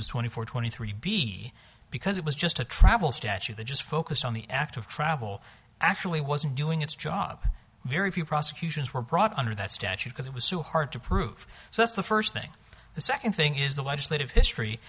was twenty four twenty three b because it was just a travel statue that just focused on the act of travel actually wasn't doing its job very few prosecutions were brought under that statute because it was so hard to prove so that's the first thing the second thing is the legislative history